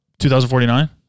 2049